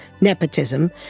nepotism